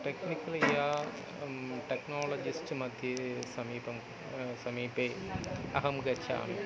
technically या टेक्नाळजिस्ट्मध्ये समीपं समीपे अहं गच्छामि